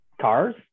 cars